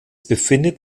befindet